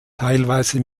teilweise